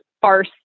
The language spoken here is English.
farce